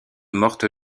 morte